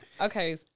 okay